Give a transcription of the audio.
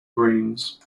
greens